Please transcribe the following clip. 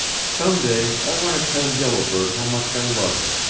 someday i want to tell yellow bird how much i love her.